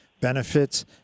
benefits